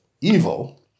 evil